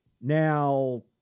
Now